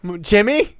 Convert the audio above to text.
Jimmy